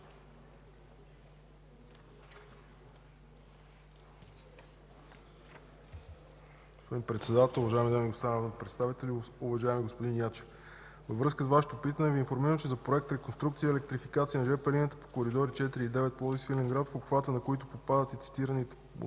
връзка с Вашето питане Ви информирам, че за Проект „Реконструкция и електрификация на жп линията по коридори 4 и 9 Пловдив – Свиленград”, в обхвата на който попадат и цитираните в